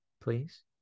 Please